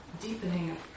deepening